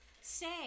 Say